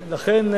לכן,